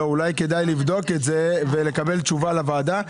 אולי כדאי לבדוק את זה ולקבל תשובה לוועדה.